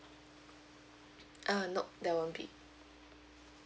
uh nop there won't be